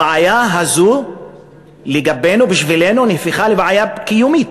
הבעיה הזו לגבינו, בשבילנו, נהפכה לבעיה קיומית,